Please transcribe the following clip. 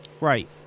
Right